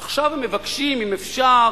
עכשיו הם מבקשים: אם אפשר,